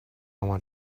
want